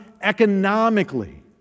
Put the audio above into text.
economically